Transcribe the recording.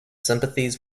sympathies